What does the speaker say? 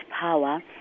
power